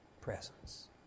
presence